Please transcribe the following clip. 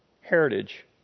heritage